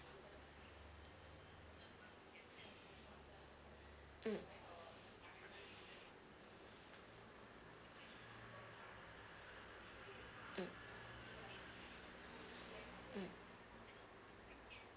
mm mm mm